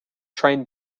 train